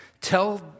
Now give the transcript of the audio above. Tell